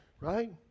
right